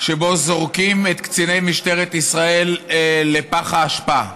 שבו זורקים את קציני משטרת ישראל לפח האשפה.